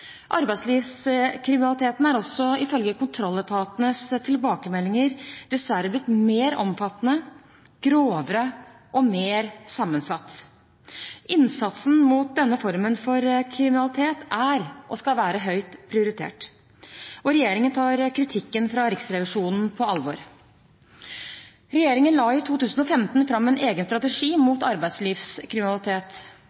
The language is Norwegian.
Arbeidslivskriminaliteten er også, ifølge kontrolletatenes tilbakemeldinger, dessverre blitt mer omfattende, grovere og mer sammensatt. Innsatsen mot denne formen for kriminalitet er – og skal være – høyt prioritert, og regjeringen tar kritikken fra Riksrevisjonen på alvor. Regjeringen la i 2015 fram en egen strategi mot